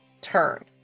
turn